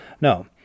No